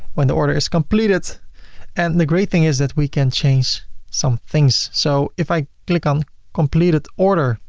when the order is completed and the great thing is that we can change some things. so if i click on completed order,